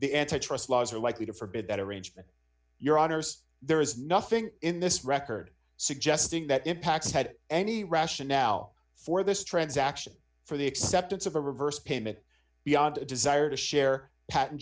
the antitrust laws are likely to forbid that arrangement your honor since there is nothing in this record suggesting that impacts had any rationale for this transaction for the acceptance of a reverse payment beyond a desire to share patent